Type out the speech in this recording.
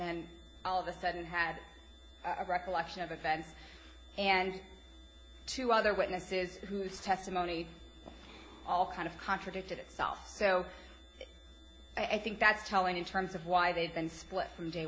then all of a sudden had a recollection of events and two other witnesses who is testimony all kind of contradicted itself so i think that's telling in terms of why they've been split from day